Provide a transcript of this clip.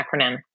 acronym